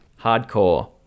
Hardcore